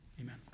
Amen